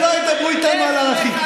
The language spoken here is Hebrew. שלא ידברו איתנו על ערכים.